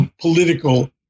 political